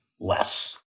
less